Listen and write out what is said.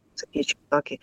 sakyčiau tokį